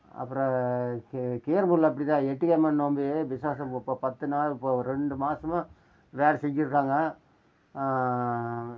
அப்புறம் கீரமோடில் அப்படிதான் எட்டியம்மன் நோம்பி விசேஷம் ப ப பத்துநாள் இப்போது ரெண்டு மாசமாக வேலை செஞ்சிருக்காங்க